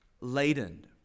laden